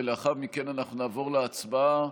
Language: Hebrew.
ולאחר מכן אנחנו נעבור להצבעה.